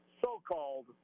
so-called